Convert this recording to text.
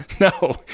No